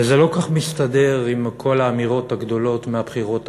וזה לא כל כך מסתדר עם כל האמירות הגדולות מהבחירות האחרונות.